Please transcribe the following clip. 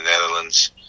Netherlands